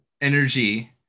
energy